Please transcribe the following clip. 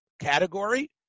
category